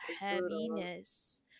heaviness